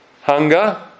hunger